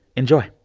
enjoy